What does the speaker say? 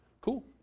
Cool